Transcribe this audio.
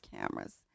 cameras